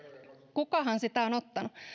kukahan sitä on ottanut